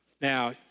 Now